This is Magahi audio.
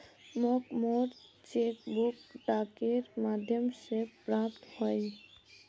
मोक मोर चेक बुक डाकेर माध्यम से प्राप्त होइए